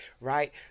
Right